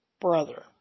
brother